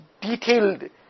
detailed